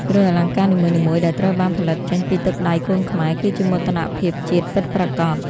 គ្រឿងអលង្ការនីមួយៗដែលត្រូវបានផលិតចេញពីទឹកដៃកូនខ្មែរ គឺជាមោទនភាពជាតិពិតប្រាកដ។